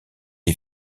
est